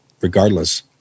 regardless